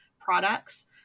products